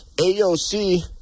AOC